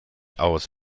aus